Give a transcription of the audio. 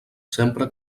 sempre